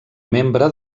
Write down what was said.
membre